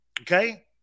Okay